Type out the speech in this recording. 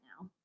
now